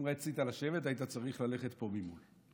אם רצית לשבת, היית צריך ללכת פה ממול.